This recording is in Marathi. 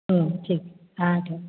हो ठीक आहे हां ठीक आहे